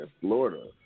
Florida